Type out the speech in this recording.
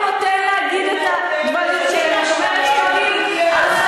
להם הוא נותן להגיד את הדברים שלהם,